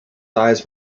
eyes